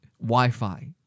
Wi-Fi